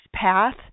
path